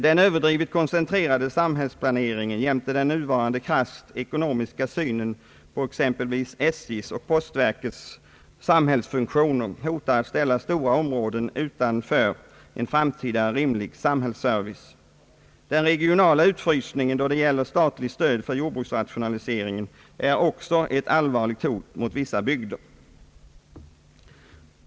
Den överdrivet koncentrerade samhällsplaneringen jämte den nuvarande krasst ekonomiska synen på exempelvis SJ:s och postverkets samhällsfunktioner hotar att ställa stora områden utanför en framtida rimlig samhällsservice. Den regionala utfrysningen då det gäller statligt stöd till jordbruksrationalisering är också ett allvarligt hot mot vissa bygder.